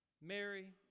Mary